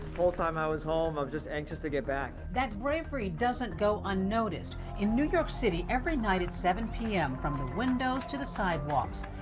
whole time i was home, i'm just anxious to get back. that bravery doesn't go unnoticed. in new york city, every night at seven zero p m, from the windows to the sidewalks,